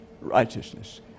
righteousness